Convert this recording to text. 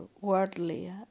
worldly